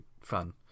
fun